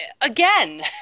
again